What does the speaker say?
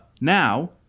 now